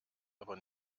aber